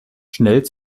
schnell